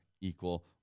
equal